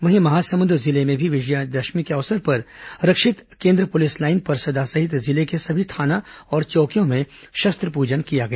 वहीं महासमुंद जिले में भी विजयदशमी के अवसर पर रक्षित केन्द्र पुलिस लाइन परसदा सहित जिले के सभी थाना और चौकियों में शस्त्र पूजन किया गया